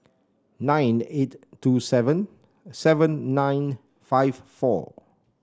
nine eight two seven seven nine five four